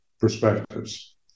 perspectives